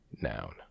Noun